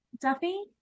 Duffy